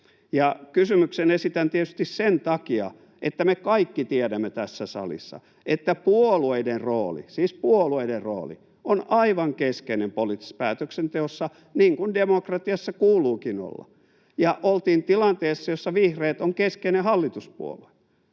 Kysymyksen esitän tietysti sen takia, että me kaikki tiedämme tässä salissa, että puolueiden rooli, siis puolueiden rooli, on aivan keskeinen poliittisessa päätöksenteossa niin kuin demokratiassa kuuluukin olla, ja oltiin tilanteessa, jossa vihreät on keskeinen hallituspuolue.